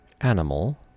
animal